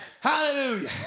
Hallelujah